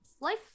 Life